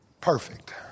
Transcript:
Perfect